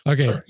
Okay